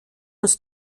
uns